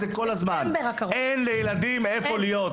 אין לילדים איפה להיות,